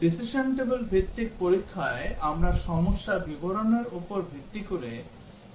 Decision table ভিত্তিক পরীক্ষায় আমরা সমস্যার বিবরণের উপর ভিত্তি করে একটি decision table তৈরি করি